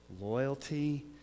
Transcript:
loyalty